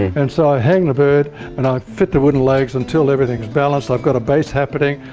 and so i hang the bird and i fit the wooden legs until everything is balanced. i've got a base happening,